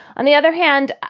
on the other hand,